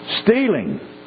Stealing